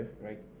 right